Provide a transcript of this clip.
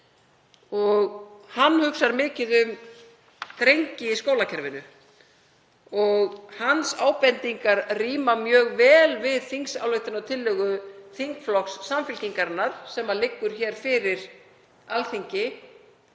Hann hugsar mikið um drengi í skólakerfinu og ábendingar hans ríma mjög vel við þingsályktunartillögu þingflokks Samfylkingarinnar sem liggur hér fyrir Alþingi